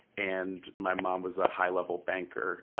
and my mom was a high-level banker.